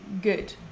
good